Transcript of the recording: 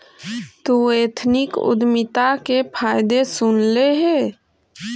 तु एथनिक उद्यमिता के फायदे सुनले हे?